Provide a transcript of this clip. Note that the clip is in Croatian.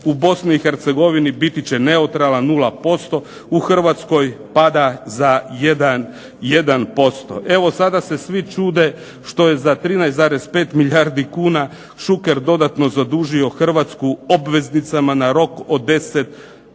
U Bosni i Hercegovini biti će neutralan 0%, u Hrvatskoj pada za 1%. Evo sada se svi čude što je za 13,5 milijardi kuna Šuker dodatno zadužio Hrvatsku obveznicama na rok od 10 godina.